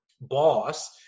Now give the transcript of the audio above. boss